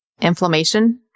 inflammation